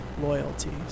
loyalties